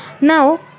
Now